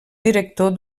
director